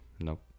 Nope